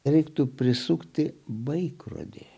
reiktų prisukti baikrodį